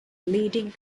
leading